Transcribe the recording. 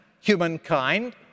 humankind